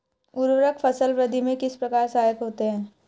उर्वरक फसल वृद्धि में किस प्रकार सहायक होते हैं?